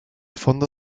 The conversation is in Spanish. fondo